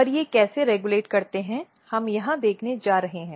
और ये कैसे रेगुलेट करते हैं हम यहां देखने जा रहे हैं